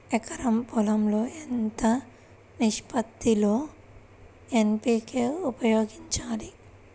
ఎకరం పొలం లో ఎంత నిష్పత్తి లో ఎన్.పీ.కే ఉపయోగించాలి?